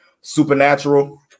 Supernatural